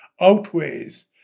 outweighs